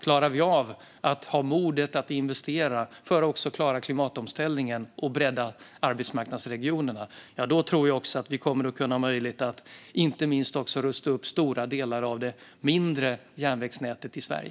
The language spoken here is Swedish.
Klarar vi av att ha modet att investera för att också klara klimatomställningen och bredda arbetsmarknadsregionerna, då tror jag att vi också kommer att ha möjlighet att rusta upp inte minst stora delar av det mindre järnvägsnätet i Sverige.